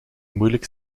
moeilijk